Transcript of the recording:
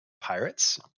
pirates